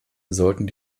sollten